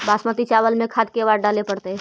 बासमती चावल में खाद के बार डाले पड़तै?